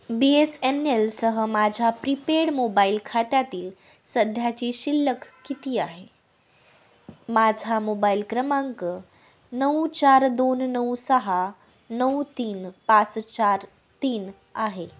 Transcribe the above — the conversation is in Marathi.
बी एस एन एलसह माझ्या प्रीपेड मोबाईल खात्यातील सध्याची शिल्लक किती आहे माझा मोबाईल क्रमांक नऊ चार दोन नऊ सहा नऊ तीन पाच चार तीन आहे